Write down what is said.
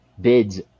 bids